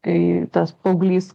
kai tas paauglys